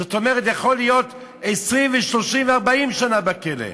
זאת אומרת, הוא יכול להיות 20, 30 ו-40 שנה בכלא.